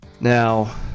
Now